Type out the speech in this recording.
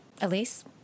Elise